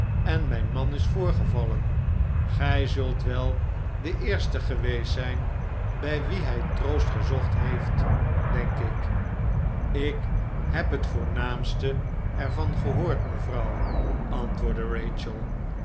en mijn man is voorgevallen gij zult wel de eerste geweest zijn bij wie hij troost gezocht heeft denk ik lk heb het voornaamste er van gehoord mevrouw antwoordde